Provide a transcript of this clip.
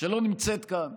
שלא נמצאת כאן,